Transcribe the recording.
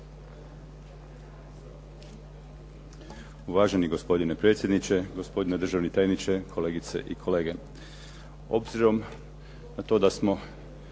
Uvaženi gospodine predsjedniče, gospodine državni tajniče, kolegice i kolege. Obzirom na to da smo